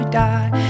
die